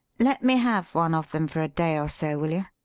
let me have one of them for a day or so, will you?